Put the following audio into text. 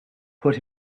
put